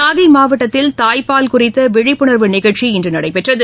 நாகை மாவட்டத்தில் தாய்ப்பால் குறித்த விழிப்புணர்வு நிகழ்ச்சி இன்று நடைபெற்றது